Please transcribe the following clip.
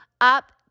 Up